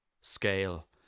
scale